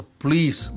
please